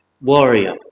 warrior